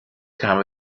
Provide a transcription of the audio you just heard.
kam